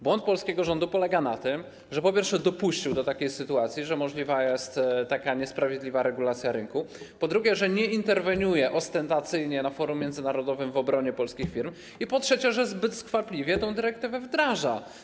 Błąd polskiego rządu polega na tym, że, po pierwsze, dopuścił do takiej sytuacji, że możliwa jest tak niesprawiedliwa regulacja rynku, po drugie, że nie interweniuje ostentacyjnie na forum międzynarodowym w obronie polskich firm, i po trzecie, że zbyt skwapliwie tę dyrektywę wdraża.